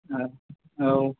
औ